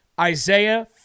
Isaiah